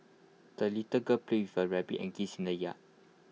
the little girl played with her rabbit and geese in the yard